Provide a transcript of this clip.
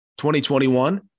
2021